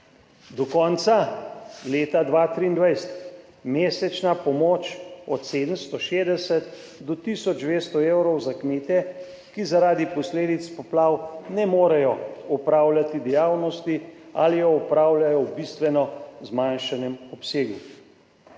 do konca leta 2023 mesečna pomoč od 760 do tisoč 200 evrov za kmete, ki zaradi posledic poplav ne morejo opravljati dejavnosti ali jo opravljajo v bistveno zmanjšanem obsegu.